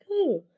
Cool